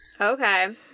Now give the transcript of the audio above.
Okay